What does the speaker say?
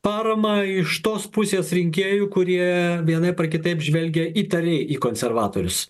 paramą iš tos pusės rinkėjų kurie vienaip ar kitaip žvelgia įtariai į konservatorius